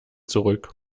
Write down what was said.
zurück